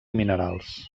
minerals